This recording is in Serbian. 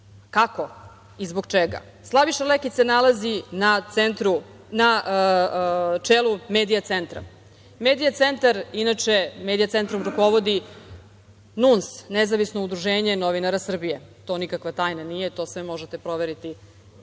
Kako i zbog čega? Slaviša Lekić se nalazi na čelu „Medija centra“. „Medija centar“, kojim rukovodi NUNS, Nezavisno udruženje novinara Srbije, to nikakva tajna nije, to sve možete proveriti u